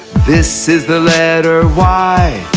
this is the letter y